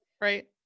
Right